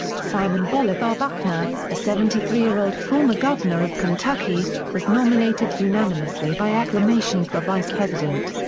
simon bolivar buckner, a seventy three year old former governor of kentucky, was nominated unanimously by acclamation for vice-president.